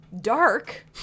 Dark